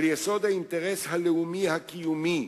על יסוד האינטרס הלאומי הקיומי,